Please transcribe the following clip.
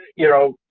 you know,